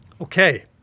Okay